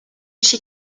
she